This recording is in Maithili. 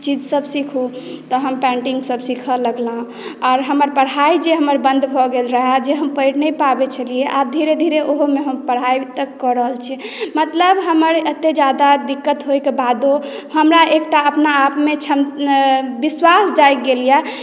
चीज सभ सिखू तऽ हम पेन्टिंग सभ सिखऽ लगलहुँ आओर हमर पढ़ाई जे हमर बन्द भऽ गेल रहय जे हम पढ़ि नहि पाबै छलियै आब धीरे धीरे ओहोमे हम पढ़ाई तक कऽ रहल छी मतलब हमर एते जादा दिक्कत होएके बादो हमरा एकटा अपनाआपमे क्षमता विश्वास जागि गेल यऽ